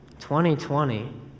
2020